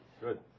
Good